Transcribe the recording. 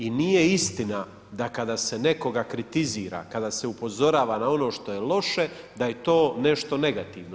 I nije istina da kada se nekoga kritizira, kada se upozorava na ono što je loše da je to nešto negativno.